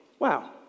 wow